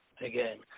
again